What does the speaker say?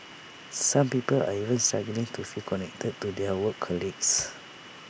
some people are even struggling to feel connected to their work colleagues